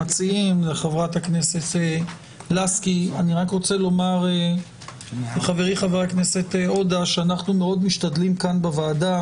אני רק רוצה לומר לחברי חה"כ עודה שאנחנו משתדלים בוועדה